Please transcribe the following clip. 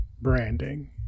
branding